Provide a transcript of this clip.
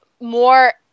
more